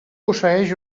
posseeix